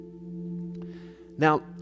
Now